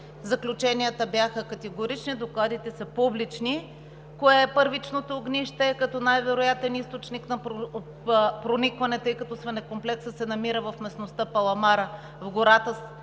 Заключенията бяха категорични – докладите са публични, за първичното огнище като най-вероятен източник на проникване, тъй като свинекомплексът се намира в местността Паламара, в гората, в района